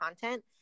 content